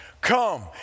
Come